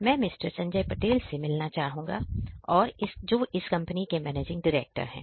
मैं मिस्टर संजय पटेल से मिला हूं जो कि इस कंपनी के मैनेजिंग डायरेक्टर है